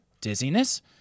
dizziness